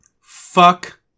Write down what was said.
Fuck